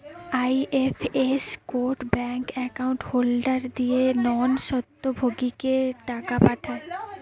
IFS code bank account holder দিয়ে non স্বত্বভোগীকে টাকা পাঠায়